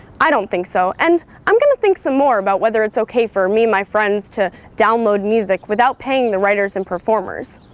i don't think so. and, i'm going to think some more about whether it's okay for me and my friends to download music without paying the writers and performers.